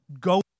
go